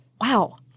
Wow